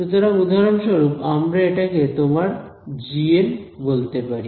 সুতরাং উদাহরণস্বরূপ আমরা এটাকে তোমার gn বলতে পারি